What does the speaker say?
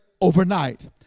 overnight